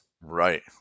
Right